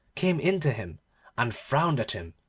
came in to him and frowned at him,